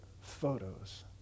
photos